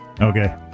Okay